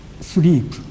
sleep